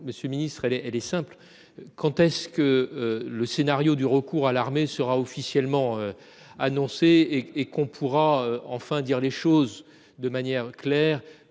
monsieur le ministre, elle est, elle est simple, quand est-ce que le scénario du recours à l'armée sera officiellement annoncée et qu'on pourra enfin dire les choses de manière claire